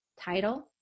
title